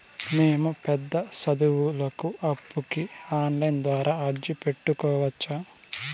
మేము పెద్ద సదువులకు అప్పుకి ఆన్లైన్ ద్వారా అర్జీ పెట్టుకోవచ్చా?